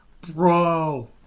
Bro